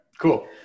cool